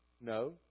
No